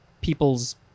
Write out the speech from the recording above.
people's